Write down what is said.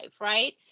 right